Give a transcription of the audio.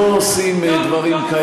לא היה סיכום.